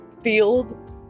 field